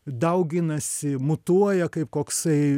dauginasi mutuoja kaip koksai